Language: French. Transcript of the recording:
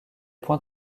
point